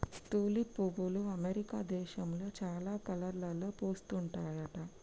tulip పువ్వులు America దేశంలో చాలా కలర్లలో పూస్తుంటాయట